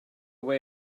way